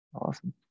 Awesome